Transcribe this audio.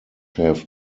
have